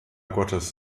gottes